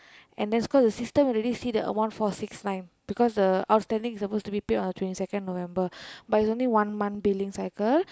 and that's system already see the amount four six nine because the outstanding is supposed to be paid on twenty second November but it's only one month billing cycle